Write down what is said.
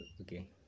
okay